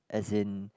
as in